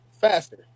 faster